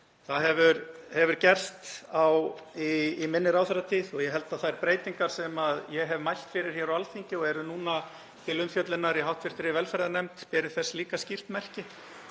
Það hefur gerst í minni ráðherratíð og ég held að þær breytingar sem ég hef mælt fyrir á Alþingi og eru núna til umfjöllunar í hv. velferðarnefnd beri þess líka skýrt merki.